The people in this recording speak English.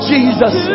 Jesus